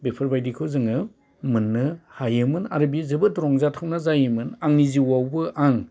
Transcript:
बेफोरबायदिखौ जोङो मोननो हायोमोन आरो बे जोबोद रंजाथावना जायोमोन आंनि जिउआवबो आं